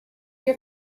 your